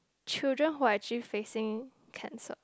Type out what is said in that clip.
children who are actually facing cancer